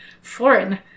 foreign